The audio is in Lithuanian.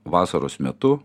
vasaros metu